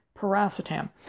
paracetam